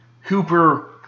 Hooper